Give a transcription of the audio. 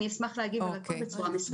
אשמח להגיד הכול בצורה מסודרת.